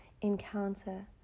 encounter